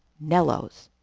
Nello's